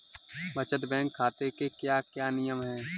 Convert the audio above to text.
बचत बैंक खाते के क्या क्या नियम हैं?